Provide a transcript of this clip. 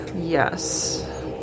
Yes